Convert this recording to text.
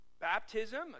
Baptism